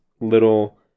little